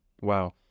wow